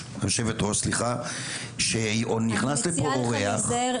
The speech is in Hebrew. היושבת-ראש כשנכנס לפה אורח --- אני מציעה לך להיזהר,